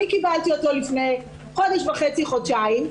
אני קיבלתי אותו לפני חודש וחצי-חודשיים.